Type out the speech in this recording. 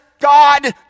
God